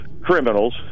criminals